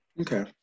Okay